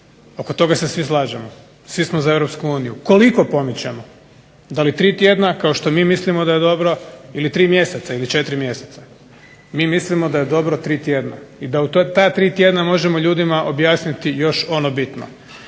oko toga se svi slažemo. Svi smo za Europsku uniju. Koliko pomičemo? Da li 3 tjedna kao što mi mislimo da je dobro, ili 3 mjeseca ili 4 mjeseca? Mi mislimo da je dobro 3 tjedna i da u ta 3 tjedna možemo ljudima objasniti još ono bitno.